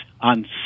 on